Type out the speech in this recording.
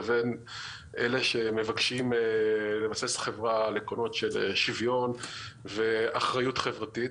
לבין אלה שמבקשים לבסס חברה על עקרונות של שוויון ואחריות חברתית.